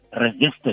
resistance